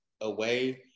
away